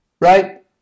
Right